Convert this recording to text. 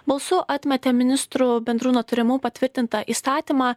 balsu atmetė ministrų bendru nutarimu patvirtintą įstatymą